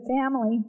family